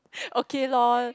okay lor